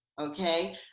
Okay